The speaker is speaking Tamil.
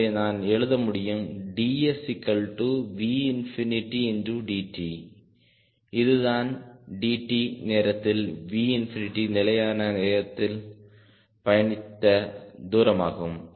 எனவே நான் எழுத முடியும் dsVdt இதுதான் dt நேரத்தில் V நிலையான வேகத்தில் பயணித்த தூரம் ஆகும்